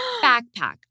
backpack